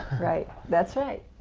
right, that's right.